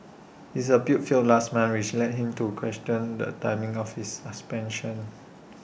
his appeal failed last month which led him to question the timing of his suspension